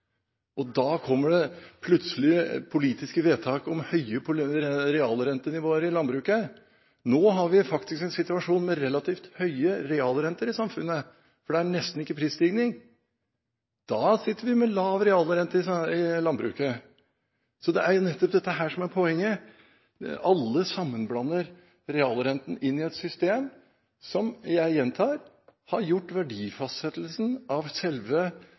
prisstigning. Da kommer det plutselig politiske vedtak om høyt realrentenivå i landbruket. Nå har vi faktisk en situasjon med relativt høy realrente i samfunnet, for det er nesten ikke prisstigning. Da sitter vi med lav realrente i landbruket. Det er nettopp det som er poenget. Alle blander realrenten inn i et system som – jeg gjentar – har gjort verdifastsettelsen til selve fundamentet for jordbruket, altså verdiene. Jordbruket og landbruket forvalter noe av